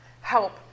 help